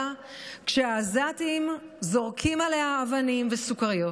כשהעזתים זורקים עליה אבנים וסוכריות.